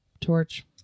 torch